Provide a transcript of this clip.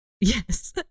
yes